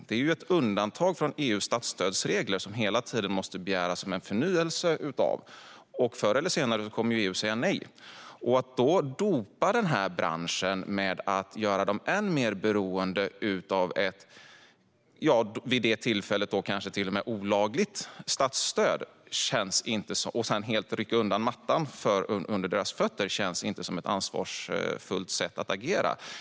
Det är ett undantag från EU:s statsstödsregler, som vi hela tiden måste begära förnyelse av. Förr eller senare kommer EU att säga nej. Att då dopa denna bransch och göra den än mer beroende av ett vid det tillfället kanske till och med olagligt statsstöd för att sedan helt rycka undan mattan under dess fötter känns inte som ett ansvarsfullt sätt att agera.